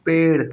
पेड़